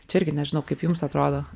čia irgi nežinau kaip jums atrodo